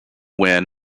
win